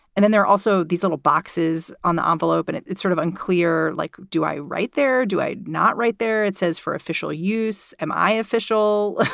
and then there are also these little boxes on the envelope, and it's sort of unclear, like do i right there, do i not right there. it says for official use, am i official?